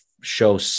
show